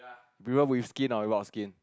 prefer with skin or without skin